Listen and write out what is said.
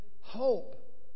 hope